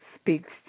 speaks